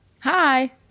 Hi